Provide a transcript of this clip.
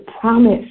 promise